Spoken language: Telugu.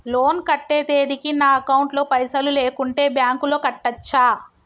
లోన్ కట్టే తేదీకి నా అకౌంట్ లో పైసలు లేకుంటే బ్యాంకులో కట్టచ్చా?